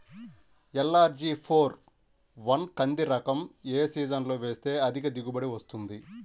LRG four one కంది రకం ఏ సీజన్లో వేస్తె అధిక దిగుబడి వస్తుంది?